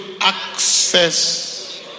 Access